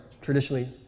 traditionally